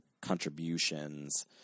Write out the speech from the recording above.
contributions